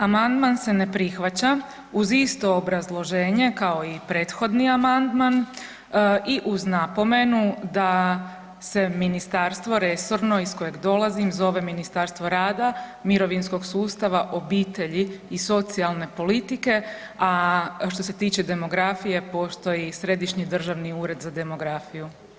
Amandman se ne prihvaća uz isto obrazloženje kao i prethodni amandman i uz napomenu da se ministarstvo resorno iz kojeg dolazim zove Ministarstvo rada i mirovinskog sustava, obitelji i socijalne politike, a što se tiče demografije, pošto je i Središnji državni ured za demografiju.